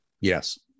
yes